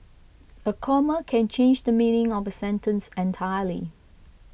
a comma can change the meaning of a sentence entirely